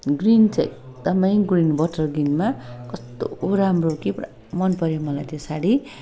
green चाहिँ एकदमै green bottle ग्रिनमा कस्तो राम्रो कि पुरा मनपर्यो मलाई त्यो साडी